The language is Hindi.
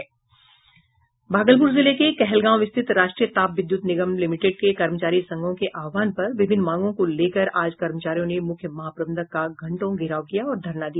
भागलपुर जिले के कहलगांव स्थित राष्ट्रीय ताप विद्युत निगम लिमिटेड के कर्मचारी संघों के आह्वान पर विभिन्न मांगों को लेकर आज कर्मचारियों ने मुख्य महाप्रबंधक का घंटों घेराव किया और धरना दिया